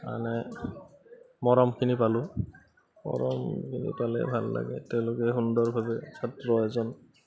মানে মৰমখিনি পালোঁ মৰমখিনি পালে ভাল লাগে তেওঁলোকে সুন্দৰভাৱে ছাত্ৰ এজন